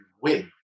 win